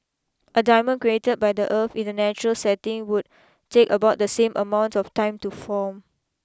a diamond created by the earth in a natural setting would take about the same amount of time to form